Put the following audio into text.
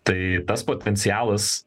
tai tas potencialas